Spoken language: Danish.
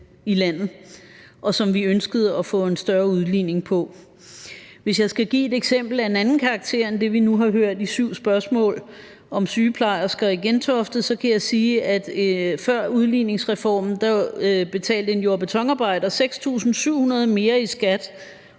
i landet, og som vi ønskede at få en større udligning af. Hvis jeg skal give et eksempel af en anden karakter end det, vi nu har hørt om i syv spørgsmål, om sygeplejersker i Gentofte, så kan jeg sige, at før udligningsreformen betalte en jord- og betonarbejder på Langeland